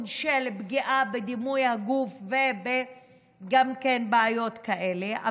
של פגיעה בדימוי הגוף ובעיות כאלה,